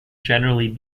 generally